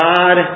God